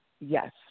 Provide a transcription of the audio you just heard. Yes